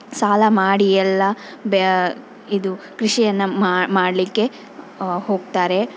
ಸಾಲ ಮಾಡಿ ಎಲ್ಲ ಬೇ ಇದು ಕೃಷಿಯನ್ನು ಮಾಡ್ ಮಾಡಲಿಕ್ಕೆ ಹೋಗ್ತಾರೆ